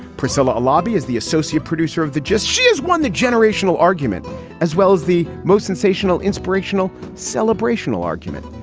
priscilla lobby is the associate producer of the gist. she is one the generational argument as well as the most sensational inspirational celebration, all argument.